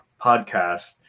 podcast